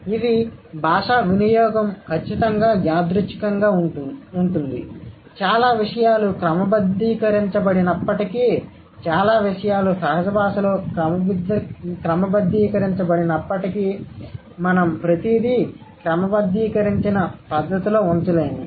కాబట్టి ఇది భాష వినియోగం ఖచ్చితంగా యాదృచ్ఛికంగా ఉంటుంది చాలా విషయాలు క్రమబద్ధీకరించబడినప్పటికీ చాలా విషయాలు సహజ భాషలో క్రమబద్ధీకరించబడినప్పటికీ మనం ప్రతిదీ క్రమబద్ధీకరించిన పద్ధతిలో ఉంచలేము